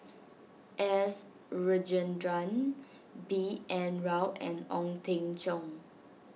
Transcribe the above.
S Rajendran B N Rao and Ong Teng Cheong